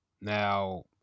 Now